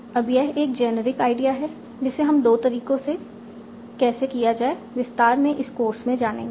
अब यह एक जेनेरिक आईडिया है जिसे हम दो तरीकों से कैसे किया जाए विस्तार में इस कोर्स में जानेंगे